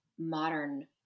modern